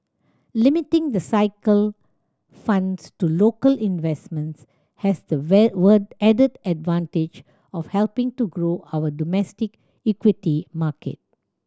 limiting the cycle funds to local investments has the added advantage of helping to grow our domestic equity market